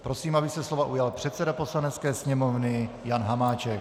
Prosím, aby se slova ujal předseda Poslanecké sněmovny Jan Hamáček.